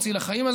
מציל החיים,